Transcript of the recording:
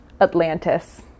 Atlantis